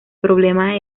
problema